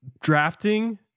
drafting